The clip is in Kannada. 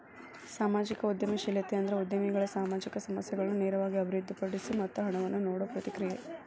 ಸಾಮಾಜಿಕ ಉದ್ಯಮಶೇಲತೆ ಅಂದ್ರ ಉದ್ಯಮಿಗಳು ಸಾಮಾಜಿಕ ಸಮಸ್ಯೆಗಳನ್ನ ನೇರವಾಗಿ ಅಭಿವೃದ್ಧಿಪಡಿಸೊ ಮತ್ತ ಹಣವನ್ನ ನೇಡೊ ಪ್ರಕ್ರಿಯೆ